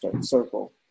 circle